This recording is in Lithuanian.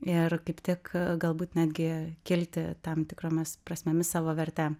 ir kaip tik galbūt netgi kilti tam tikromis prasmėmis savo verte